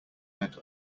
head